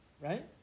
right